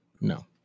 no